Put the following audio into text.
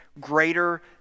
greater